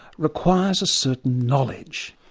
requires a certain knowledge.